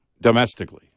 domestically